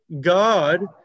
God